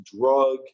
drug